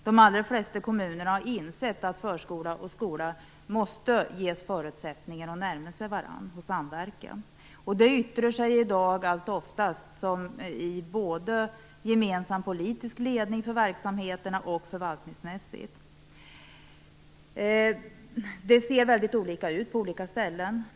De allra flesta kommunerna har insett att förskola och skola måste ges förutsättningar att närma sig varandra och samverka. De yttrar sig i dag alltsom oftast både i gemensam politisk ledning för verksamheten och förvaltningsmässigt. Det ser väldigt olika ut på olika ställen.